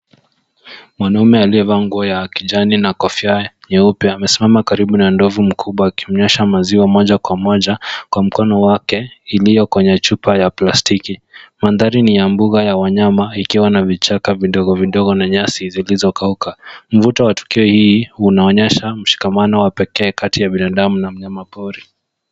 Mwanaume aliyevaa nguo ya kijani na kofia nyeupe amesimama karibu na ndovu mkubwa akimnyosha maziwa moja kwa moja kwa mkono wake iliyo kwenye chupa ya plastiki. Mandhari ni ya mbuga ya wanyama ikiwa na vichaka vidogo vidogo na nyasi zilizokauka. Mvuto wa tukio hii unaonyesha mshikamano wa pekee kati ya binadamu na mnyamapori.